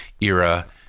era